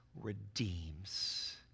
redeems